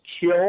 kill